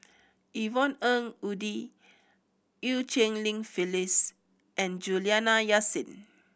Yvonne Ng Uhde Eu Cheng Li Phyllis and Juliana Yasin